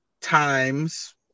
times